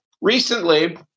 Recently